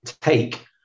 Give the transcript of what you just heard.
take